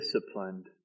disciplined